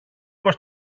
πώς